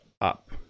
up